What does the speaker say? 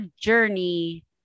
journey